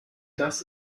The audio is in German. das